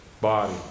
body